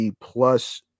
Plus